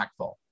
impactful